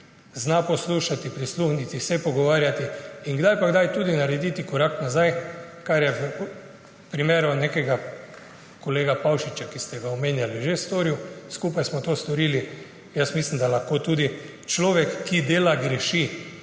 Zna poslušati, prisluhniti, se pogovarjati in kdaj pa kdaj tudi narediti korak nazaj, kar je v primeru nekega kolega Pavšiča, ki ste omenjali, že storil, skupaj smo to storili, jaz mislim, da lahko tudi človek, ki dela, greši.